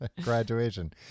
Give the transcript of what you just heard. graduation